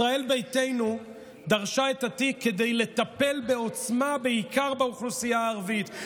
ישראל ביתנו דרשה את התיק כדי לטפל בעוצמה בעיקר באוכלוסייה הערבית,